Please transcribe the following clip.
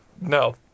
No